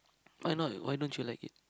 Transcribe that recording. why not why don't you like it